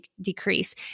decrease